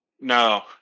no